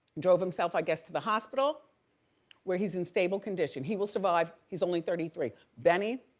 drove himself, i guess to the hospital where he's in stable condition. he will survive, he's only thirty three. benny,